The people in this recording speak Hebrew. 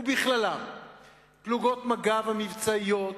ובכללן את פלוגות מג"ב המבצעיות,